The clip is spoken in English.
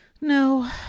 No